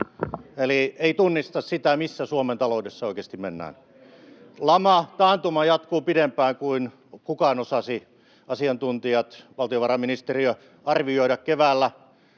eli ei tunnista sitä, missä Suomen taloudessa oikeasti mennään. Lama, taantuma jatkuu pidempään kuin kukaan — asiantuntijat, valtiovarainministeriö — osasi arvioida keväällä.